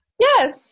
yes